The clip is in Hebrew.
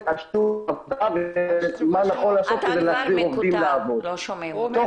לא שומעים.